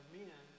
men